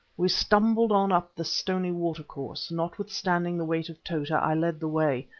we stumbled on up the stony watercourse notwithstanding the weight of tota i led the way,